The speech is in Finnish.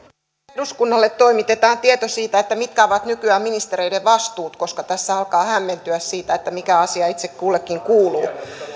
eduskunnalle toimitetaan tieto siitä mitkä ovat nykyään ministereiden vastuut koska tässä alkaa hämmentyä siitä että mikä asia itse kullekin kuuluu